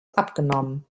abgenommen